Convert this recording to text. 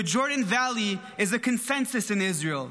The Jordan Valley is a consensus in Israel.